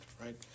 Right